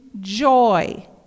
joy